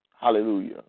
Hallelujah